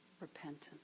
Repentance